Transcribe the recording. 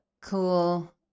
cool